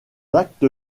acte